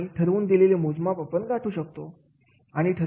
आणि ठरवून दिलेले मोजमाप आपण गाठू शकतो